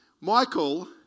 Michael